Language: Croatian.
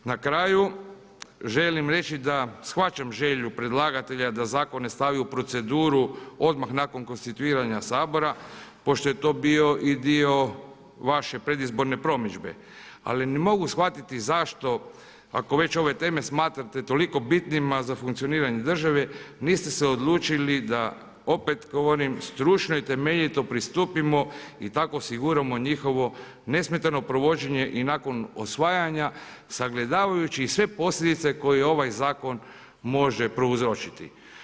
Na kraju želim reći da shvaćam želju predlagatelja da zakon ne stavi u proceduru odmah nakon konstituiranja Sabora pošto je to bio i dio vaše predizborne promidžbe ali ne mogu shvatiti zašto ako već ove teme smatrate toliko bitnima za funkcioniranje države niste se odlučili da opet govorim stručno i temeljito pristupimo i tako osiguramo njihovo nesmetano provođenje i nakon osvajanja sagledavajući sve posljedice koje ovaj zakon može prouzročiti.